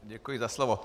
Děkuji za slovo.